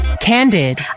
Candid